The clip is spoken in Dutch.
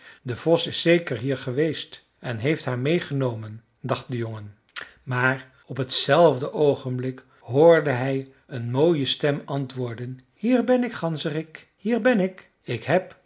de vos is zeker hier geweest en heeft haar meêgenomen dacht de jongen maar op t zelfde oogenblik hoorde hij een mooie stem antwoorden hier ben ik ganzerik hier ben ik ik heb